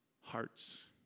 hearts